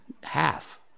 half